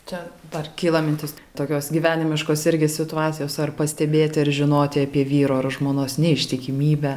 čia dar kyla mintis tokios gyvenimiškos irgi situacijos ar pastebėti ar žinoti apie vyro žmonos neištikimybę